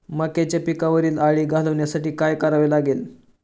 मक्याच्या पिकावरील अळी घालवण्यासाठी काय करावे लागेल?